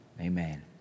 amen